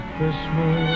Christmas